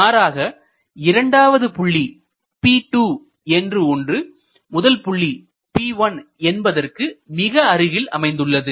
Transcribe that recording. மாறாக இரண்டாவது புள்ளி P2 என்று ஒன்று முதல் புள்ளி P1 என்பதற்கு மிக அருகில் அமைந்துள்ளது